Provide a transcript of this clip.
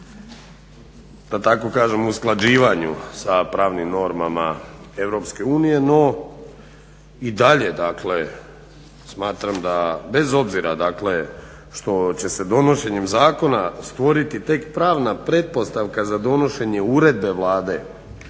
da tako kažem usklađivanju sa pravnim normama EU no i dalje smatram da bez obzira što će se donošenjem zakona stvoriti tek pravna pretpostavka za donošenje uredbe Vlade